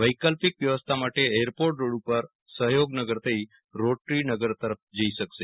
વૈકલ્પિક વ્યવસ્થા માટે એરપોર્ટ રોડ ઉપર સફયોગનગર થઇ રોટરી નગર તરફ જઇ શકશે